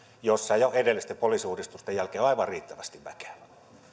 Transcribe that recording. missä jo edellisten poliisiuudistusten jälkeen on aivan riittävästi väkeä